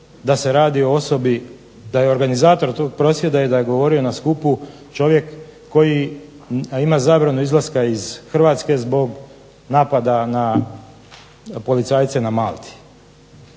da se radi o osobi, da je organizator tog prosvjeda i da je govorio na skupu čovjek koji ima zabranu izlaska iz Hrvatske zbog napada na policajce na Malti.